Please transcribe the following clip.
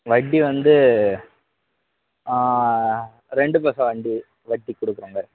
வட்டி வந்து ரெண்டு பைசா வண்டி வட்டி கொடுக்குறங்க